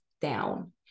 down